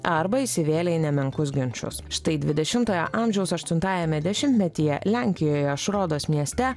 arba įsivėlė į nemenkus ginčus štai dvidešimtojo amžiaus aštuntajame dešimtmetyje lenkijoje šrodos mieste